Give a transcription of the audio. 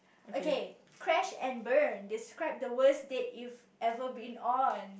okay crash and burn describe the worst date you've ever been on in